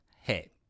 Hey